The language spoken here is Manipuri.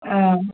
ꯑꯥ